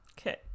Okay